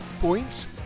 points